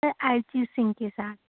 sir Arijit Singh के साथ